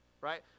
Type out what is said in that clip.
right